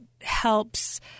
helps